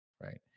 right